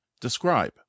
describe